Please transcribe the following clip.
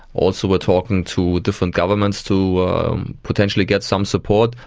also we're talking to different governments to potentially get some support,